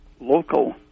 local